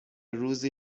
روزی